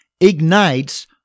ignites